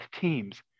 teams